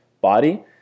body